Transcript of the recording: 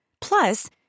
Plus